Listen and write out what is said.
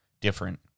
different